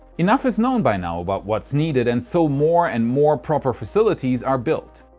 enough is known by now about what's needed, and so more and more proper facilities are built.